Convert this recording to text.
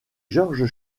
george